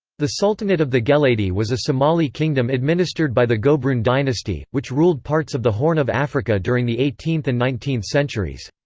the sultanate of the geledi was a somali kingdom administered by the gobroon dynasty, which ruled parts of the horn of africa during the eighteenth and nineteenth centuries.